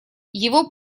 его